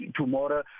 tomorrow